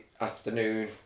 afternoon